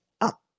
up